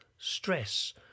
stress